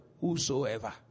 whosoever